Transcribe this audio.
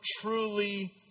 truly